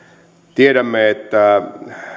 tiedämme että